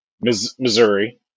Missouri